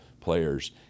players